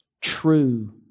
true